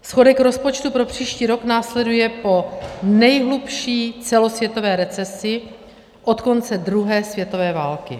Schodek rozpočtu pro příští rok následuje po nejhlubší celosvětové recesi od konce druhé světové války.